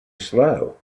slow